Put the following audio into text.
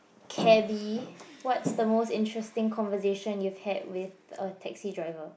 cabby what's the most interesting conversation you have with a taxi driver